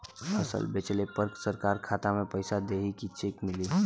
फसल बेंचले पर सरकार खाता में पैसा देही की चेक मिली?